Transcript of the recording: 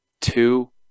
Two